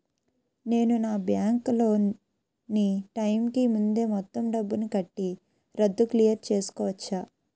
నేను నా bank loan నీ టైం కీ ముందే మొత్తం డబ్బుని కట్టి రద్దు క్లియర్ చేసుకోవచ్చా?